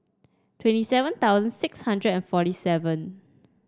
twenty seven thousand six hundred and forty five